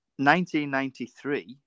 1993